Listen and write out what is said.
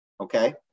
Okay